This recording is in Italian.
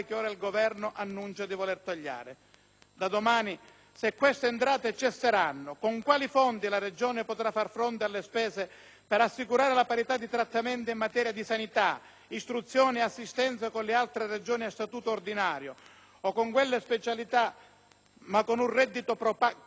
Da domani, se queste entrate cesseranno, con quali fondi la Regione potrà far fronte alle spese per assicurare la parità di trattamenti in materia di sanità, istruzione e assistenza rispetto alle Regioni a Statuto ordinario, o rispetto alle altre Regioni a Statuto speciale, ma con un reddito *pro* *capite* al di sopra della media nazionale?